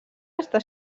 està